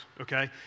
okay